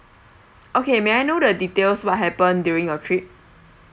okay may I know the details what happened during your trip